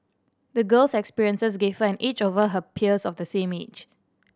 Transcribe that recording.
the girl's experiences gave her an edge over her peers of the same age